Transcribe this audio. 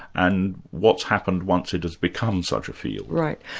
and what's happened once it has become such a field? right.